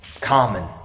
common